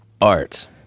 art